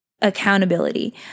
accountability